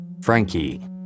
Frankie